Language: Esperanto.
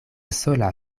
sola